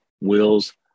Will's